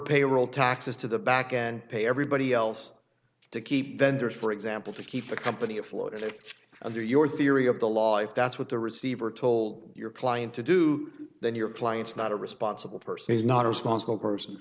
payroll taxes to the back and pay everybody else to keep vendors for example to keep the company afloat under your theory of the law if that's what the receiver told your client to do then your client's not a responsible person he's not a responsible person